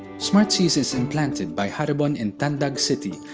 smartseas is implanted by haribon in tandag city,